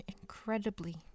incredibly